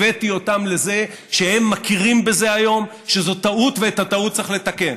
הבאתי אותם לזה שהם מכירים בזה היום שזאת טעות ואת הטעות צריך לתקן.